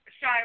shy